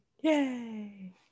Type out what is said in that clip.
yay